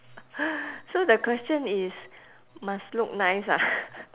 so the question is must look nice ah